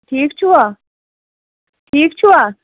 ٹھیٖک چھُوا ٹھیٖک چھُوا